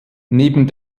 neben